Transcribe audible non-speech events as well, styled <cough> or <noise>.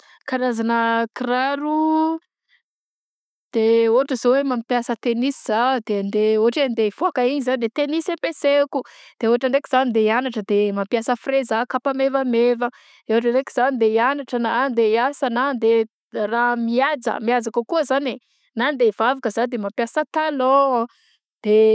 Karazana kiraro <hesitation> de ôhatra zao hoe mampiasa tenisy zaho de andeha ôhatra hoe andeha ivaoka igny za de tenisy ampesaiko de ôhatra ndraiky za andeha iagnatra de mampiasa freza kapa mevameva na ôhatra ndraiky za andeha iagnatra na andeha iasa na raha andeha mihaja mihaja kokoa zany e, na andeha ivavaka za de mampiasa talon de.